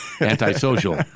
antisocial